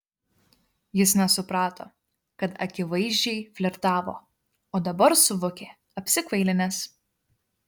jis nesuprato kad akivaizdžiai flirtavo o dabar suvokė apsikvailinęs